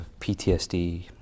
PTSD